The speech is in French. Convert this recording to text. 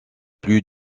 plus